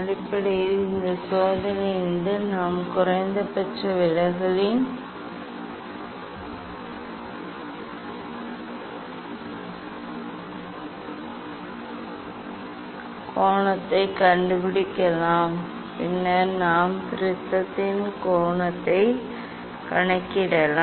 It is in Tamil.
அடிப்படையில் இந்த சோதனையிலிருந்து நாம் குறைந்தபட்ச விலகலின் கோணத்தைக் கண்டுபிடிக்கலாம் பின்னர் நாம் ப்ரிஸத்தின் கோணத்தைக் கணக்கிடலாம்